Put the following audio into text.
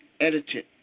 edited